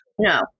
No